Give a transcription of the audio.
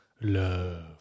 love